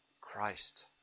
Christ